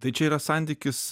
tai čia yra santykis